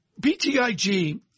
BTIG